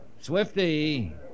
Swifty